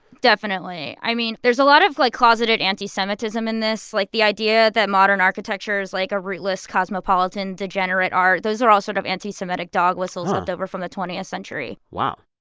definitely. i mean, there's a lot of, like, closeted anti-semitism in this. like, the idea that modern architecture is, like, a rootless cosmopolitan degenerate art, those are all sort of anti-semitic dog whistles left over from the twentieth century wow.